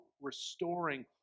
restoring